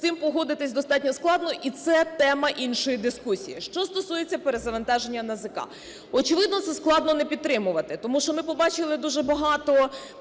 з цим погодитись достатньо складно, і це тема іншої дискусії. Що стосується перезавантаження НАЗК. Очевидно, це складно не підтримувати, тому що ми побачили дуже багато,